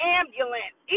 ambulance